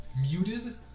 Muted